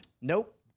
Nope